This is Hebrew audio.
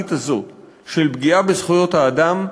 הדרמטית הזאת של פגיעה בזכויות האדם,